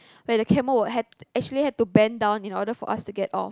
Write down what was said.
where the camel actually had to bend down in order for us to get off